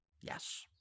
Yes